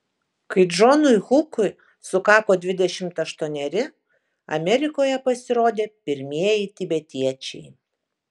kai džonui hukui sukako dvidešimt aštuoneri amerikoje pasirodė pirmieji tibetiečiai